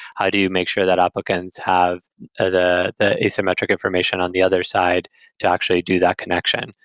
i do make sure that applicants have ah the asymmetric information on the other side to actually do that connection.